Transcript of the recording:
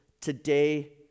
today